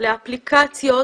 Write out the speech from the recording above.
לאפליקציות,